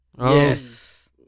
Yes